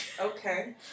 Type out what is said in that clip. Okay